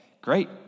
Great